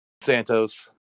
Santos